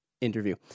interview